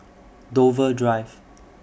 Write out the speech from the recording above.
Dover Drive